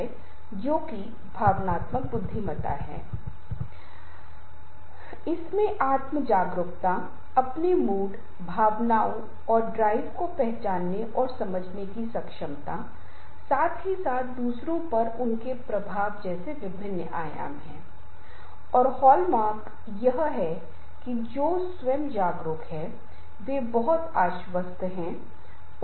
मैं यह नहीं कह रहा हूं कि किसी को नकारात्मक शब्दों का उपयोग नहीं करना चाहिए यदि कभी कभी आवश्यकता होती है तो इसका उपयोग किया जा सकता है लेकिन अनुपात 5 से 1 की तरह होना चाहिए इसका मतलब है कि मुझे कुछ लोगों के लिए या कुछ लोगों के लिए 5 अच्छे शब्द बोले गए हैं और फिर यदि मैं कह रहा हूं या एक नकारात्मक शब्दों का उपयोग करना और इसके साथ ही मैं यह भी कहता हूं कि अगर ये चीजें ये चीजें बहुत अच्छी हैं तो इन सभी गुणों में एक व्यक्ति अच्छा है